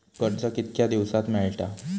कर्ज कितक्या दिवसात मेळता?